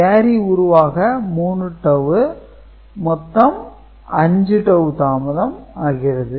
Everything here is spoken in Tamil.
எனவே கேரி உருவாக 3 டவூ மொத்தம் 5 டவூ தாமதம் ஆகிறது